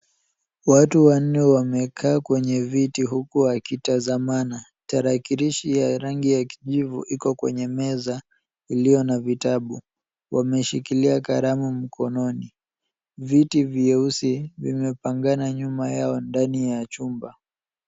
Watu wanne wamekaa kwenye viti huku wakitazamana. Tarakilishi ya rangi ya kijivu iko kwenye meza iliyo na vitabu. Wameshikilia kalamu mkononi. Viti vyeusi vimepangana nyuma yao ndani ya chumba.